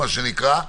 מה שנקרא,